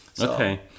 Okay